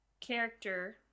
Character